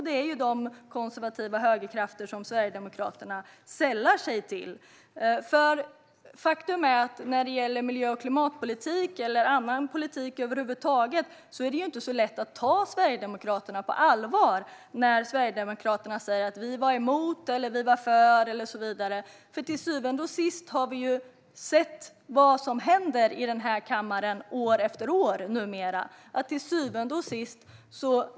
Det är ju dessa konservativa högkrafter som Sverigedemokraterna sällar sig till. Faktum är att när det gäller miljö och klimatpolitik eller annan politik över huvud taget är det inte så lätt att ta Sverigedemokraterna på allvar när de säger att de var emot eller för och så vidare. Till syvende och sist har vi år efter år sett vad som händer i den här kammaren.